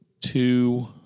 two